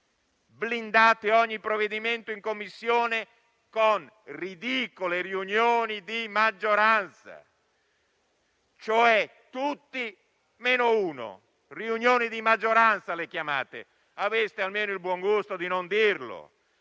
Blindate ogni provvedimento in Commissione con ridicole riunioni di maggioranza, cioè tutti meno uno. Riunioni di maggioranza, le chiamate; aveste almeno il buon gusto di non dirlo!